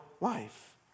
life